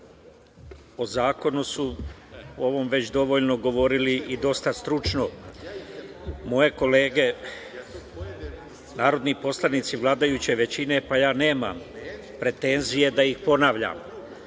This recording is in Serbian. po zakonu su ovom već dovoljno govorili i dosta stručno moje kolege narodni poslanici vladajuće većine, pa ja nemam pretenzije da ih ponavljam.Međutim,